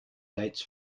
dates